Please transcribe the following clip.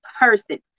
person